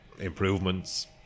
improvements